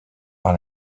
par